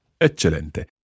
Eccellente